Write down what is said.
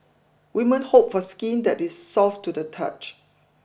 women hope for skin that is soft to the touch